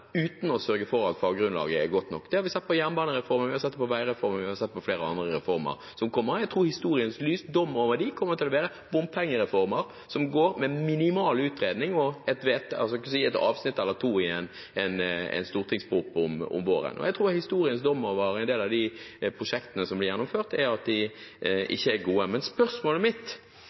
uten å sørge for at faggrunnlaget er godt nok, det har vi sett med jernbanereformen, vi har sett det med veireformen, vi har sett det med flere andre reformer som kommer, bompengereformer som går med minimal utredning og – man kan si – et avsnitt eller to i en stortingsproposisjon om våren. Jeg tror historiens dom over en del av prosjektene som blir gjennomført, er at de ikke var gode. Men spørsmålet mitt